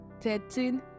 13